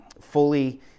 fully